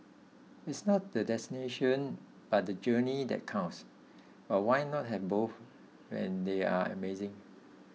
it's not the destination but the journey that counts but why not have both when they're amazing